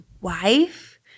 wife